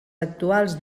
actuals